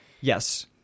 Yes